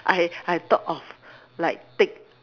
I I thought of like take